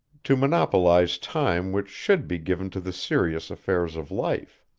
to monopolize time which should be given to the serious affairs of life.